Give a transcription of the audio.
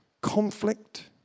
conflict